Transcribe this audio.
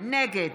נגד